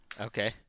Okay